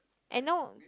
and now